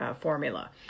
formula